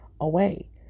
away